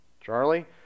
Charlie